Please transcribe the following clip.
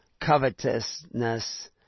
covetousness